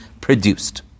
produced